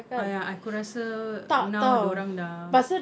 oh ya aku rasa now dia orang dah